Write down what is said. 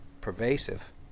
pervasive